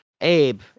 Abe